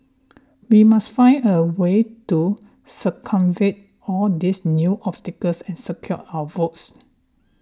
we must find a way to circumvent all these new obstacles and secure our votes